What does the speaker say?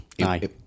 Aye